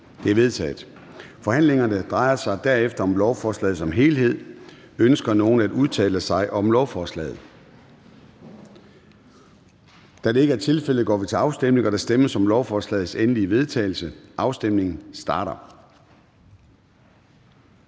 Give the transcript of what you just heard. (Søren Gade): Forhandlingen drejer sig derefter om lovforslaget som helhed. Ønsker nogen at udtale sig om lovforslaget? Da det ikke er tilfældet, går vi til afstemning. Kl. 13:13 Afstemning Formanden (Søren Gade): Der stemmes om lovforslagets endelige vedtagelse, og afstemningen starter.